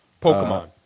Pokemon